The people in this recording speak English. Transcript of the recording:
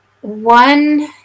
one